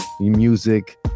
music